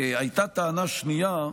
הייתה טענה שנייה,